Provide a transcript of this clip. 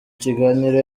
kiganiro